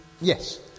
yes